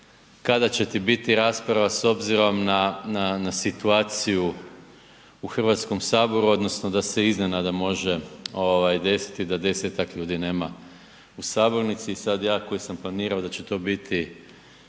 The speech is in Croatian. kada će ti biti rasprava s obzirom na situaciju u Hrvatskom saboru odnosno da se iznenada može desiti da desetak ljudi nema u sabornici. I sada ja koji sam planirao da će to biti